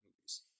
movies